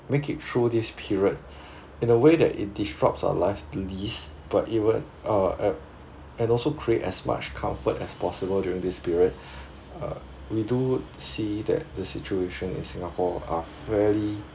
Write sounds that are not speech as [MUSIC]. make it through this period [BREATH] in a way that it disrupt our lives least but even uh and and also create as much comport as possible during this period uh we do see that the situation in singapore are fairly